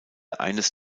eines